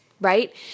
right